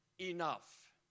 enough